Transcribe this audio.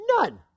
None